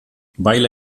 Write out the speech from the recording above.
baila